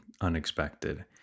unexpected